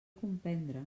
comprendre